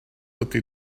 ydy